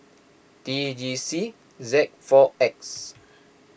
T G C Z four X